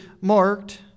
marked